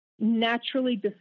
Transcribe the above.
naturally